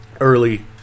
early